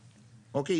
אוקיי?